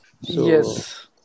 Yes